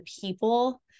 people